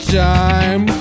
time